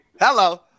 Hello